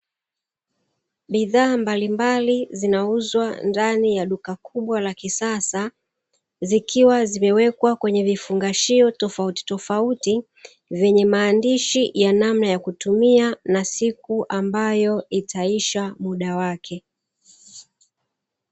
Bidhaa mbalimbali zinauzwa ndani ya duka kubwa la kisasa zikiwa zimewekwa kwenye vifungashio tofautitofauti, vyenye maandishi ya namna ya kutumia na siku ambayo itaisha muda wake.